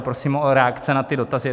Prosím o reakce na ty dotazy.